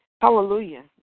Hallelujah